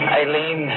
Eileen